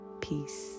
peace